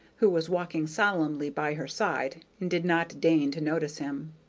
who was walking solemnly by her side and did not deign to notice him.